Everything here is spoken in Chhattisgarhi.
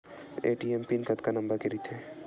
ए.टी.एम पिन कतका नंबर के रही थे?